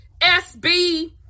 SB